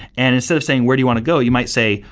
and instead of saying, where do you want to go? you might say,